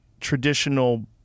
traditional